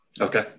Okay